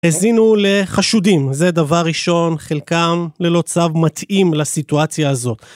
הזינו לחשודים, זה דבר ראשון, חלקם ללא צו מתאים לסיטואציה הזאת.